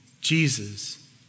Jesus